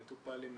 מטופל עם